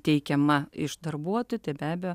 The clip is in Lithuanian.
teikiama iš darbuotojų tai be abejo